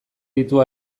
ditu